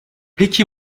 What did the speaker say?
peki